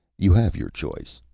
you have your choice,